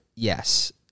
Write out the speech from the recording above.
Yes